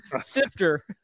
Sifter